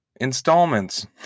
installments